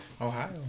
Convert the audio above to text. Ohio